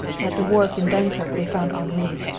at the wharf in dunkirk they found henri,